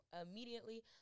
immediately